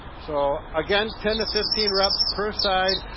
so again, ten to fifteen reps per side,